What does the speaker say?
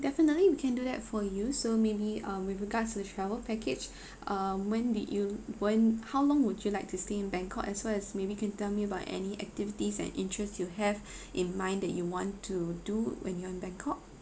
definitely we can do that for you so maybe um with regards to the travel package um when did you when how long would you like to stay in bangkok as well as maybe you can tell me about any activities and interests you have in mind that you want to do when you're in bangkok